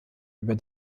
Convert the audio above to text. über